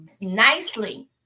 nicely